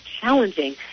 challenging